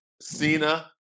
Cena